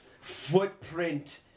footprint